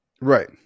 Right